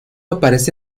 aparece